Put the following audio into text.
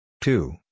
two